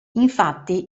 infatti